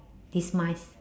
demise